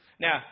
Now